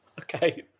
Okay